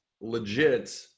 legit